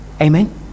Amen